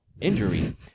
injury